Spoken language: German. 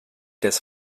des